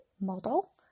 model